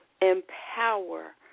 empower